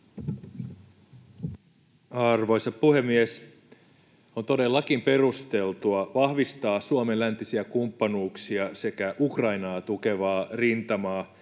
Arvoisa puhemies! On todellakin perusteltua vahvistaa Suomen läntisiä kumppanuuksia sekä Ukrainaa tukevaa rintamaa